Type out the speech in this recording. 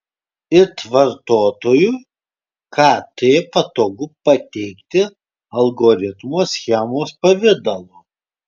it vartotojui kt patogu pateikti algoritmo schemos pavidalu